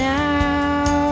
now